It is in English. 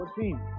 team